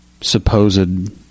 supposed